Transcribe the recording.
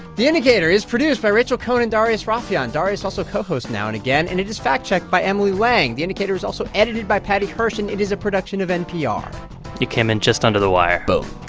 the indicator is produced by rachel cohn and darius rafieyan. darius also co-hosts now and again. and it is fact-checked by emily lang. the indicator's also edited by paddy hirsch. and it is a production of npr you came in just under the wire boom